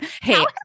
hey